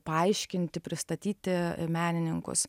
paaiškinti pristatyti menininkus